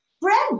Bread